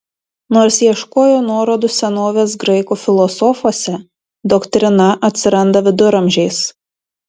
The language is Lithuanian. nors ieškojo nuorodų senovės graikų filosofuose doktrina atsiranda viduramžiais